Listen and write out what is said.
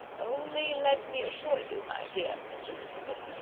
only let me assure you, my dear miss elizabeth,